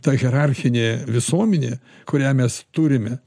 ta hierarchinė visuomenė kurią mes turime